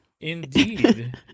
Indeed